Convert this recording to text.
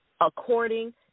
according